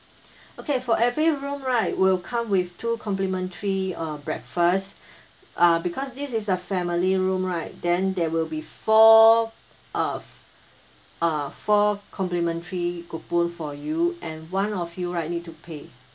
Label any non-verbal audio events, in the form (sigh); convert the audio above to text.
(breath) okay for every room right will come with two complimentary uh breakfast (breath) uh because this is a family room right then there will be four uh uh four complimentary coupon for you and one of you right need to pay